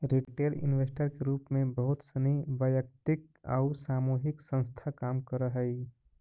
retail investor के रूप में बहुत सनी वैयक्तिक आउ सामूहिक संस्था काम करऽ हइ